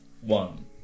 one